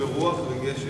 מלווה על-ידי רעייתו.